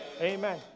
Amen